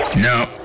No